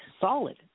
solid